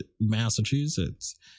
Massachusetts